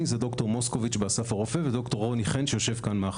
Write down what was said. הם דר' מוסקוביץ באסף הרופא ודר' רוני חן שיושב כאן.